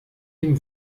dem